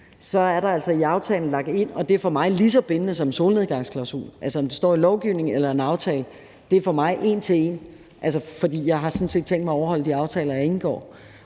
så er det altså lagt ind i aftalen. Det er for mig lige så bindende som en solnedgangsklausul; om det står i lovgivningen eller i en aftale, er for mig en til en, for jeg har sådan set tænkt mig at overholde de aftaler, jeg indgår.